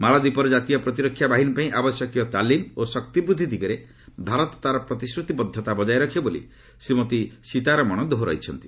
ମାଳଦ୍ୱୀପର କ୍ରାତୀୟ ପ୍ରତିରକ୍ଷା ବାହିନୀ ପାଇଁ ଆବଶ୍ୟକୀୟ ତାଲିମ୍ ଓ ଶକ୍ତି ବୃଦ୍ଧି ଦିଗରେ ଭାରତ ତାର ପ୍ରତିଶ୍ରତିବଦ୍ଧତା ବଜାୟ ରଖିବ ବୋଲି ଶ୍ରୀମତୀ ସୀତାରମଣ ଦୋହରାଇଛନ୍ତି